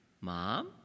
Mom